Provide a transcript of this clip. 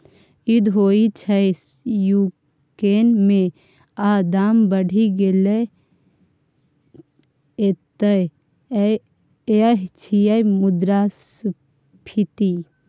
युद्ध होइ छै युक्रेन मे आ दाम बढ़ि गेलै एतय यैह छियै मुद्रास्फीति